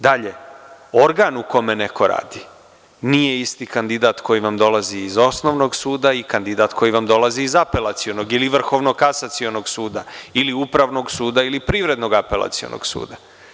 Dalje, organ u kome neko radi, nije isti kandidat koji vam dolazi iz osnovnog suda i kandidat koji vam dolazi iz Apelacionog ili Vrhovno kasacionog suda ili Upravnog sudaili Privrednog apelacionog suda.